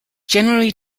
generally